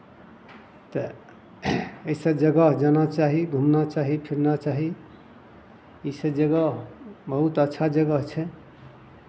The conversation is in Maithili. तऽ एहिसभ जगह जाना चाही घूमना चाही फिरना चाही ईसभ जगह बहुत अच्छा जगह छै